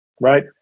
right